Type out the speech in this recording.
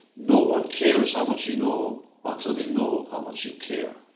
no one cares how much you know until they know how much you care.